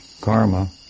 karma